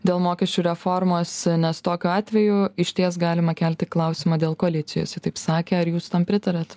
dėl mokesčių reformos nes tokiu atveju išties galima kelti klausimą dėl koalicijos ji taip sakė ar jūs tam pritariat